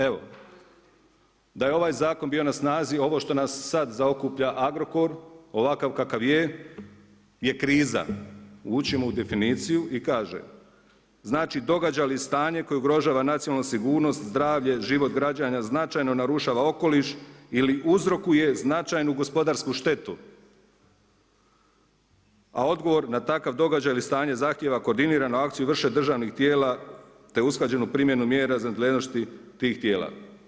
Evo, da je ovaj zakon bio na snazi, ovo što nas sad zaokuplja Agrokor ovakav kakav je, je kriza, učimo definiciju i kaže, znači događa li stanje koje ugrožava nacionalnu sigurnost, zdravlje, život građana, značajno narušava okoliš ili uzrokuje značajnu gospodarsku štetu, a odgovor na takav događaj ili stanje zahtjeva koordiniranu akciju i vrše državnih tijela te usklađenu primjenu mjera iz nadležnosti tih tijela.